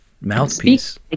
mouthpiece